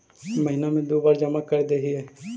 महिना मे दु बार जमा करदेहिय?